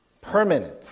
permanent